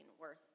worth